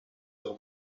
your